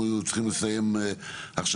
אנחנו צריכים לסיים עכשיו.